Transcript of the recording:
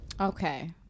okay